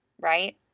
right